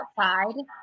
outside